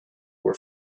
were